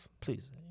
please